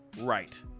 right